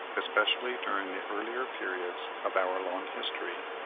especially during the earlier periods of our long history.